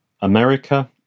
America